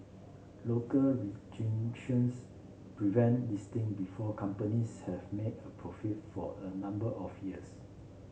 local prevent listing before companies have made a profit for a number of years